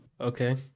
Okay